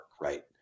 right